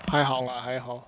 还好 lah 还好